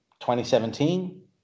2017